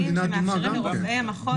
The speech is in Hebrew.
מאפשרים לרופא המחוז להוציא הוראה פרטנית.